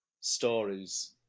stories